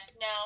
No